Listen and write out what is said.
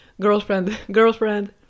girlfriend-girlfriend